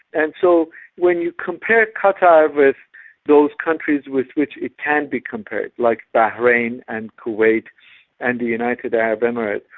and so when you compare qatar with those countries with which it can be compared, like bahrain and kuwait and the united arab emirates,